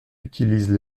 utilisent